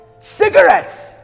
Cigarettes